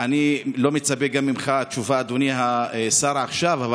אני גם לא מצפה ממך לתשובה עכשיו, אדוני השר, אבל